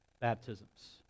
baptisms